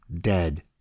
dead